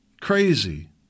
Crazy